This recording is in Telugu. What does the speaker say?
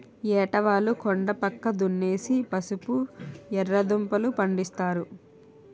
ఏటవాలు కొండా పక్క దున్నేసి పసుపు, ఎర్రదుంపలూ, పండిస్తారు